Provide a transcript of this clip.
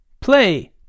play